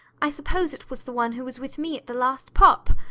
i suppose it was the one who was with me at the last pop.